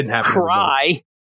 cry